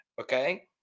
Okay